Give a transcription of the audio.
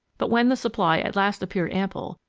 but when the supply at last appeared ample,